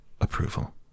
approval